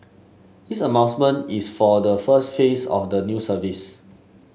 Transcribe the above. this is for the first phase of the new service